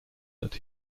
that